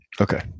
Okay